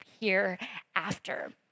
hereafter